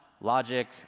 logic